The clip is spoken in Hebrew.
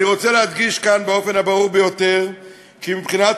אני רוצה להדגיש כאן באופן הברור ביותר כי מבחינת